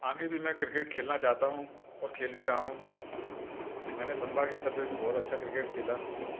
आगे भी मैं क्रिकेट खेलना चाहता हूँ और खेल भी रहा हूँ मैंने संभागीय स्तर पर भी बहुत अच्छा क्रिकेट खेला